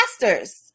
pastors